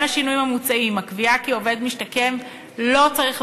בין השינויים המוצעים: הקביעה שעובד משתקם לא צריך